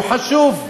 הוא חשוב,